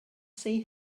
see